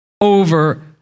over